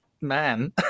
man